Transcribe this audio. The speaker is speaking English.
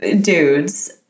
dudes